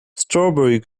strawberry